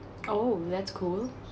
oh that's cool